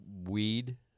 weed